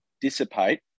dissipate